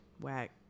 Whack